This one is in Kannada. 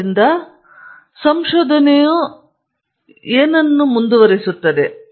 ಆದ್ದರಿಂದ ಸಂಶೋಧನೆಯು ಏನು ಚಲಿಸುತ್ತದೆ